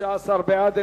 לנשיאת עונש מאסר